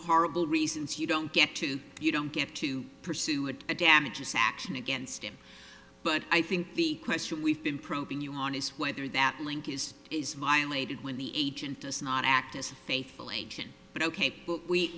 horrible reasons you don't get to you don't get to pursue it damages action against him but i think the question we've been probing you on is whether that link is is violated when the agent does not act as faithfully but ok we